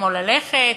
כמו ללכת,